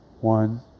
One